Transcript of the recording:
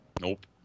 Nope